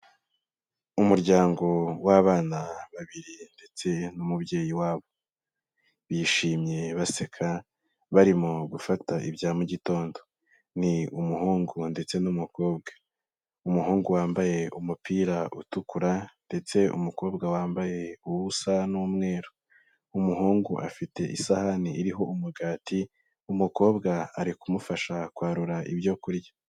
Umuryango w'abana babiri ndetse n'umubyeyi wabo, bishimye baseka barimo gufata ibya mu mugitondo, ni umuhungu ndetse n'umukobwa, umuhungu wambaye umupira utukura ndetse umukobwa wambaye usa n'umweru, umuhungu afite isahani iriho umugati, umukobwa ari kumufasha kwarura ibyo kurya.